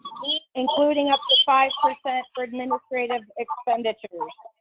including up to five percent for administrative expenditures.